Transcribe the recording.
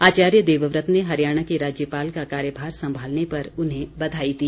आचार्य देवव्रत ने हरियाणा के राज्यपाल का कार्यभार सम्मालने पर उन्हें बधाई दी